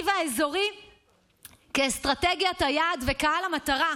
והאזורי כאסטרטגיית היעד וקהל המטרה.